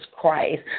Christ